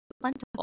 plentiful